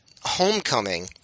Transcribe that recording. Homecoming